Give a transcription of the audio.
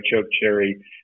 Chokecherry